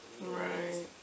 Right